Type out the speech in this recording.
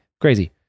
Crazy